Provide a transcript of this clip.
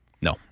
No